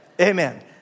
Amen